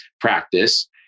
practice